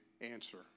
answer